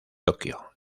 tokio